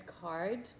card